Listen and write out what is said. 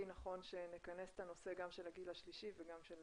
נכון שנכנס את הנושא גם של הגיל השלישי וגם של